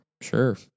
Sure